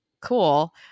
Cool